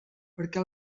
perquè